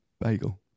bagel